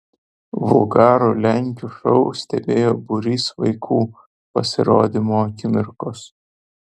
vulgarų lenkių šou stebėjo būrys vaikų pasirodymo akimirkos